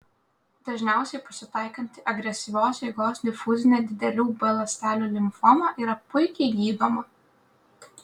dažniausiai pasitaikanti agresyvios eigos difuzinė didelių b ląstelių limfoma yra puikiai gydoma